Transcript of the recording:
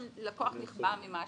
אם לקוח נחבא ממשהו,